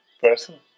person